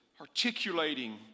articulating